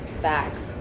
facts